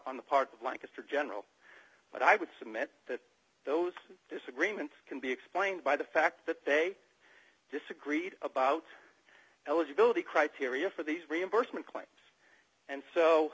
on the part of lancaster general but i would submit that those disagreements can be explained by the fact that they disagreed about eligibility criteria for these reimbursement claims and so